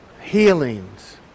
healings